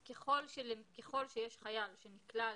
אבל ככל שיש חייל שנקלע